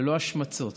ללא השמצות.